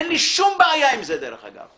אין לי שום בעיה עם זה, דרך אגב,